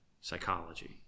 psychology